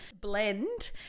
blend